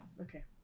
Okay